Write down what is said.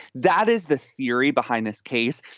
that is the theory behind this case.